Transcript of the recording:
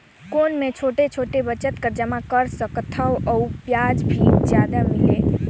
कौन मै छोटे छोटे बचत कर जमा कर सकथव अउ ब्याज भी जादा मिले?